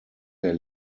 der